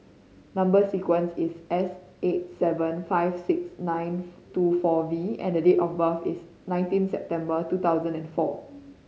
number sequence is S eight seven five six nine two four V and date of birth is nineteen September two thousand and four